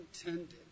intended